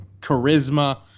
charisma